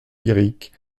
lyrique